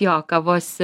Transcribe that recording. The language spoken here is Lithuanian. jo kavos